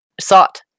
sought